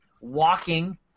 walking